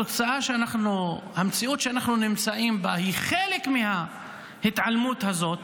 התוצאה והמציאות שאנחנו נמצאים בה היא חלק מההתעלמות הזאת